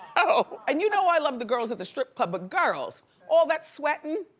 no. and you know i love the girls at the strip club, but girls all that sweatin'?